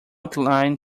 online